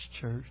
church